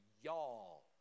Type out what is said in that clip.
y'all